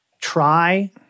try